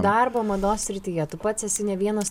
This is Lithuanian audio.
darbo mados srityje tu pats esi ne vienas